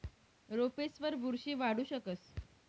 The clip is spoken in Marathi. रोपेसवर बुरशी वाढू शकस